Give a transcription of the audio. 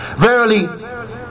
Verily